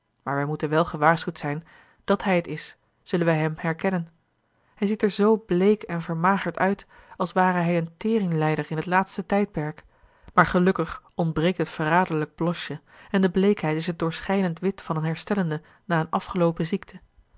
maar wij moeten wel gewaarschuwd zijn dàt hij het is zullen wij hem herkennen hij ziet er zoo bleek en vermagerd uit als ware hij een teringlijder in het laatste tijdperk maar gelukkig ontbreekt het verraderlijk blosje en de bleekheid is het doorschijnend wit van een herstellende na eene afgeloopen ziekte